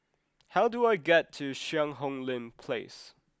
how do I get to Cheang Hong Lim Place